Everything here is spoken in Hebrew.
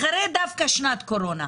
דווקא אחרי שנת קורונה.